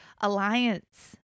alliance